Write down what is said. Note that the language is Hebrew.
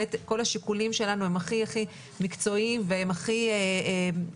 השיקולים שלנו הם הכי מקצועיים והם הכי נבדקים,